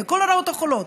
מכל הרעות החולות,